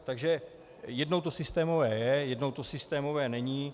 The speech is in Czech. Takže jednou to systémové je, jednou to systémové není.